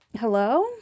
hello